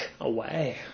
away